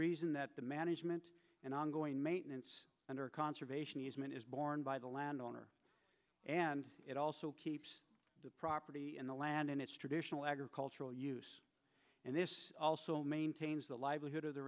reason that the management and ongoing maintenance and or conservation easement is borne by the land owner and it also keeps the property and the land in its traditional agricultural use and this also maintains the livelihood of the